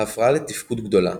ההפרעה לתפקוד גדולה,